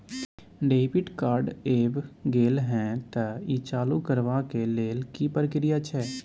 Debit card ऐब गेल हैं त ई चालू करबा के लेल की प्रक्रिया छै?